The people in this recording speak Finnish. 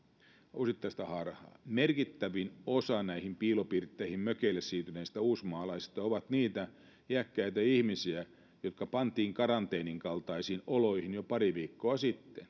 osittaista harhaa merkittävin osa näihin piilopirtteihin mökeille siirtyneistä uusmaalaisista ovat niitä iäkkäitä ihmisiä jotka pantiin karanteenin kaltaisiin oloihin jo pari viikkoa sitten